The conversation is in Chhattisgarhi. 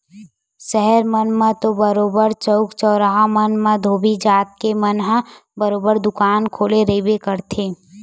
सहर मन म तो बरोबर सबे चउक चउराहा मन म धोबी जात के मन ह बरोबर दुकान खोले रहिबे करथे